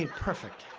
and perfect.